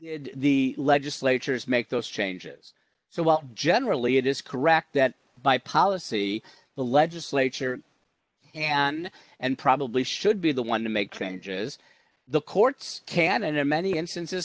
the legislatures make those changes so well generally it is correct that by policy the legislature and and probably should be the one to make changes the courts can and in many instances